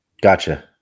Gotcha